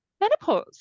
menopause